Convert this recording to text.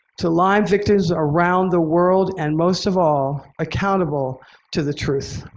to lyme victims around the world, and most of all accountable to the truth.